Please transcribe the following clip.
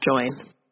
join